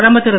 பிரதமர் திரு